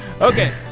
Okay